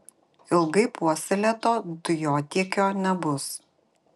ilgai puoselėto dujotiekio nebus